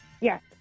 Yes